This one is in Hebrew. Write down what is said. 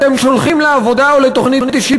אתם שולחים לעבודה או לתוכנית אישית